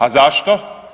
A zašto?